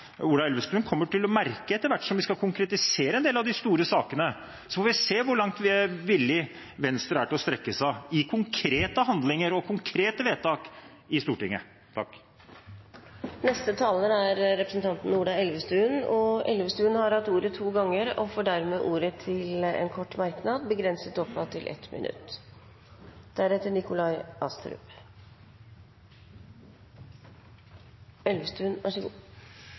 Ola Elvestuen kommer til å merke etter hvert som vi skal konkretisere en del av de store sakene. Så får vi se hvor langt Venstre er villig til å strekke seg i konkrete handlinger og konkrete vedtak i Stortinget. Representanten Ola Elvestuen har hatt ordet to ganger tidligere og får ordet til en kort merknad, begrenset til 1 minutt.